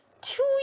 two